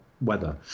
weather